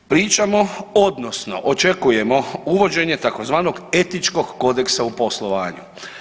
Pričamo odnosno očekujemo uvođenje tzv. etičkog kodeksa u poslovanju.